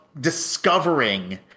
discovering